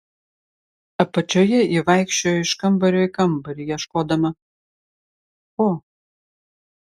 apačioje ji vaikščiojo iš kambario į kambarį ieškodama ko